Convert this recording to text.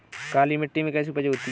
काली मिट्टी में कैसी उपज होती है?